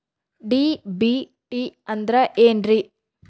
DBT ಅಂದ್ರ ಏನ್ರಿ?